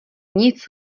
nic